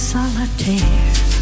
Solitaire